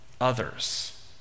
others